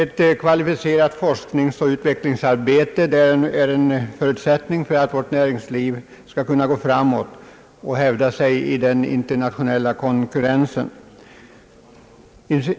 Ett kvalificerat forskningsoch utvecklingsarbete är en förutsättning för att vårt näringsliv skall kunna gå framåt och hävda sig i den internationella konkurrensen.